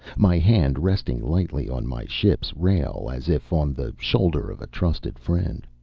my hand resting lightly on my ship's rail as if on the shoulder of a trusted friend.